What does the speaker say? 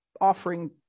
offering